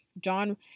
John